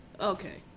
okay